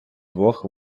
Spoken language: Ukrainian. двох